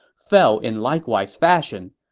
fell in likewise fashion.